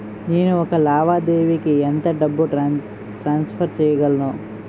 నేను ఒక లావాదేవీకి ఎంత డబ్బు ట్రాన్సఫర్ చేయగలను?